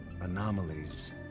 anomalies